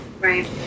Right